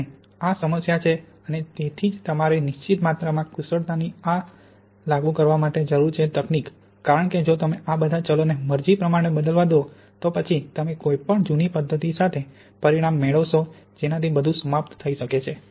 અને આ સમસ્યા છે અને તેથી જ તમારે નિશ્ચિત માત્રામાં કુશળતાની આ લાગુ કરવા માટે જરૂર છે તકનીક કારણ કે જો તમે આ બધા ચલોને મરજી પ્રમાણે બદલાવા દો તો પછી તમે કોઈ પણ જૂની પધ્ધતિ સાથે પરિણામ મેળવસો જેનાથી બધુ સમાપ્ત થઈ શકે છે